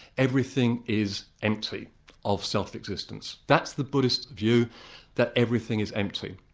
everything is empty of self existence. that's the buddhist view that everything is empty.